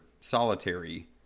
solitary